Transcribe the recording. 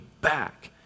back